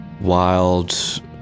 wild